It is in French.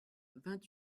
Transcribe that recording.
vingt